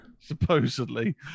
Supposedly